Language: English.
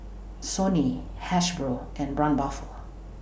Sony Hasbro and Braun Buffel